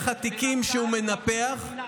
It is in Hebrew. והקונספציה שלהם הייתה להגיש כתב אישום,